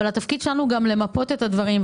אבל התפקיד שלנו הוא גם למפות את הדברים.